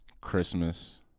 Christmas